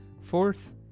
Fourth